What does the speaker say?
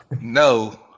No